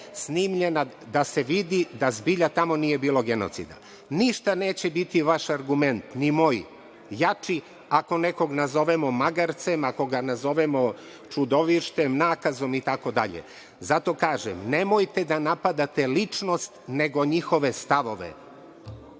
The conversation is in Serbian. snimljena, da se vidi da zbilja tamo nije bilo genocida. Ništa neće biti vaš argument ni moj jači ako nekog nazovemo magarcem, ako ga nazovemo čudovištem, nakazom itd. Zato kažem, nemojte da napadate ličnost, nego njihove stavove.